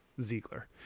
Ziegler